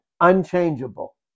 Unchangeable